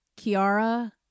Kiara